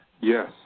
Yes